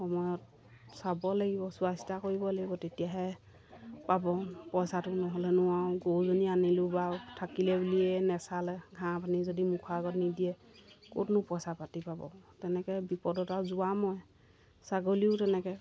সময়ত চাব লাগিব চোৱা চিতা কৰিব লাগিব তেতিয়াহে পাব পইচাটো নহ'লে নোৱাৰোঁ গৰুজনী আনিলোঁ বাৰু থাকিলে বুলিয়ে নেচালে ঘাঁহ পানী যদি মুখৰ আগত নিদিয়ে ক'তনো পইচা পাতি পাব তেনেকৈ বিপদত আৰু যোৰা মৰে ছাগলীও তেনেকৈ